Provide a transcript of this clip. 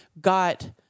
got